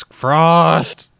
frost